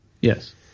Yes